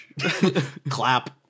Clap